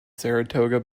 saratoga